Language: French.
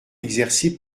exercé